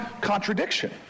contradiction